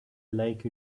like